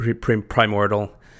primordial